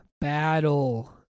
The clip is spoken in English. battle